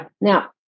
Now